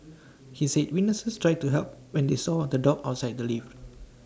he said witnesses tried to help when they saw the dog outside the lift